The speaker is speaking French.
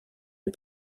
une